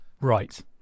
Right